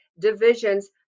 divisions